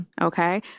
Okay